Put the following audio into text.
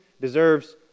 deserves